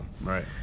Right